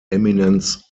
eminence